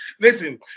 listen